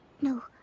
No